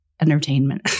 entertainment